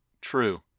true